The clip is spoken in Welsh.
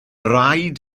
rhaid